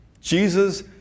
Jesus